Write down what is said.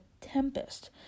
tempest